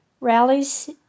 rallies